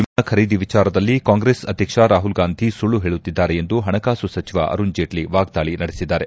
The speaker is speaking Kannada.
ರಫೇಲ್ ವಿಮಾನ ಖರೀದಿ ವಿಚಾರದಲ್ಲಿ ಕಾಂಗ್ರೆಸ್ ಅಧ್ಯಕ್ಷ ರಾಹುಲ್ ಗಾಂಧಿ ಸುಳ್ಳು ಹೇಳುತ್ತಿದ್ದಾರೆ ಎಂದು ಹಣಕಾಸು ಸಚಿವ ಅರುಣ್ ಜೇಟ್ಲ ವಾಗ್ದಾಳಿ ನಡೆಸಿದ್ದಾರೆ